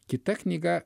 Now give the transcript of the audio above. kita knyga